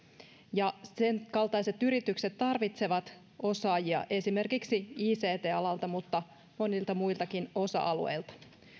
ja sen kaltaiset yritykset tarvitsevat osaajia esimerkiksi ict alalta mutta monilta muiltakin osa alueilta